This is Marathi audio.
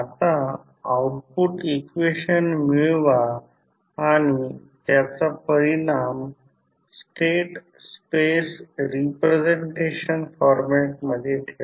आता आऊटपुट इक्वेशन मिळवा आणि त्याचा परिणाम स्टेट स्पेस रिप्रेझेंटेशन फॉरमॅट मध्ये ठेवा